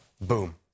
boom